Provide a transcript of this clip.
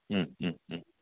ओम Om ओम